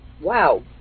Wow